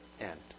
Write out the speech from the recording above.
end